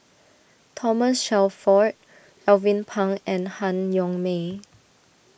Thomas Shelford Alvin Pang and Han Yong May